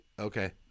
Okay